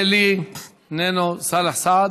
מלכיאלי, איננו, סאלח סעד,